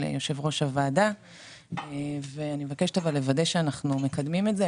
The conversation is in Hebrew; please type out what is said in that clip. יושב ראש הוועדה אבל אני מבקשת לוודא שאנחנו מקדמים את זה.